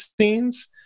scenes